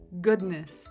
goodness